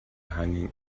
hanging